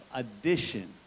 addition